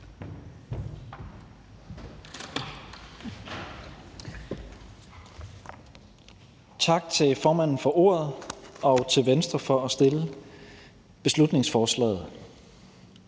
Tak til formanden for ordet og til Venstre for at fremsætte beslutningsforslaget.